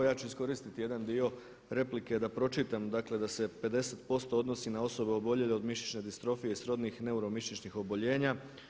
Ja ću iskoristiti jedan dio replike da pročitam, dakle da se 50% odnosi na osobe oboljele od mišićne distrofije i srodnih neuromišićnih oboljenja.